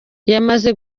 yamaze